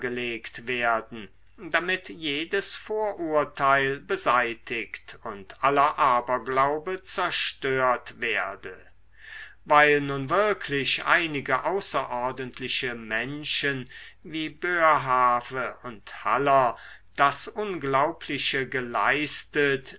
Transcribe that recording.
werden damit jedes vorurteil beseitigt und aller aberglaube zerstört werde weil nun wirklich einige außerordentliche menschen wie boerhaave und haller das unglaubliche geleistet